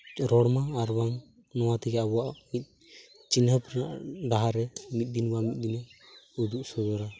ᱨᱚᱲᱢᱟ ᱟᱨ ᱵᱟᱝ ᱱᱚᱣᱟ ᱛᱮᱜᱮ ᱟᱵᱚᱣᱟᱜ ᱢᱤᱫ ᱪᱤᱱᱦᱟᱹᱯ ᱨᱮᱱᱟᱜ ᱰᱟᱦᱟᱨ ᱨᱮ ᱢᱤᱫ ᱵᱟᱝ ᱢᱤᱫ ᱫᱤᱱ ᱤᱧ ᱩᱫᱩᱜ ᱥᱚᱫᱚᱨᱟ